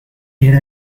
era